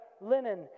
linen